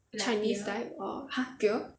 chinese type or !huh! beer